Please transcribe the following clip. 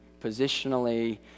positionally